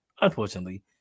unfortunately